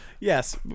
Yes